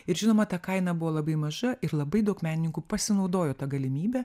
ir žinoma ta kaina buvo labai maža ir labai daug menininkų pasinaudojo ta galimybe